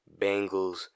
Bengals